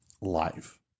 life